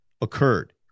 occurred